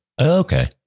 Okay